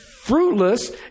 fruitless